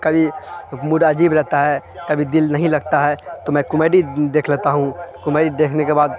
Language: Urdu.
کبھی موڈ عجیب رہتا ہے کبھی دل نہیں لگتا ہے تو میں کومیڈی دیکھ لیتا ہوں کومیڈی ڈیکھنے کے بعد